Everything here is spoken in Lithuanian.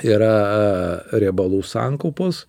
yra riebalų sankaupos